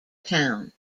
town